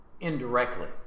indirectly